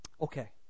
Okay